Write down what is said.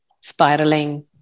spiraling